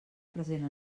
present